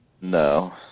No